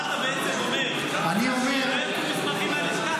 מה אתה בעצם אומר, שלא יצאו מסמכים מהלשכה?